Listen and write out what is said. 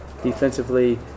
Defensively